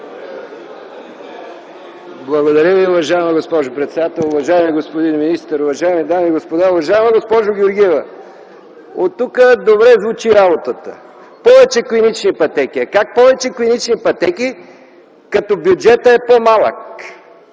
Благодаря, уважаема госпожо председател. Уважаеми господин министър, уважаеми дами и господа! Уважаема госпожо Георгиева, оттук работата звучи добре – повече клинични пътеки. Но как повече клинични пътеки, като бюджетът е по-малък?!